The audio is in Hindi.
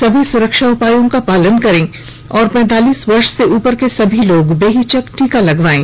सभी सुरक्षा उपायों का पालन करें और पैंतालीस वर्ष से उपर के सभी लोग बेहिचक टीका लगवायें